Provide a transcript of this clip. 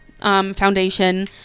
foundation